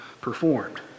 performed